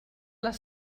les